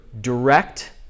direct